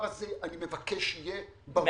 אני מבקש שהדבר הזה יהיה ברור לכם.